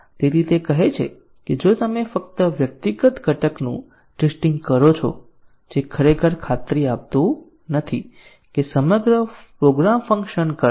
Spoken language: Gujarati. તે કહે છે કે જો તમે ફક્ત વ્યક્તિગત ઘટકનું ટેસ્ટીંગ કરો છો જે ખરેખર ખાતરી આપતું નથી કે સમગ્ર પ્રોગ્રામ ફંક્શન કરશે